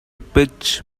pitch